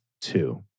Two